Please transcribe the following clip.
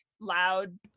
loud